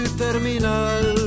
terminal